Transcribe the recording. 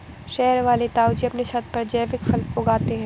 शहर वाले ताऊजी अपने छत पर जैविक फल उगाते हैं